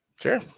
Sure